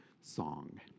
song